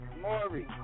Maury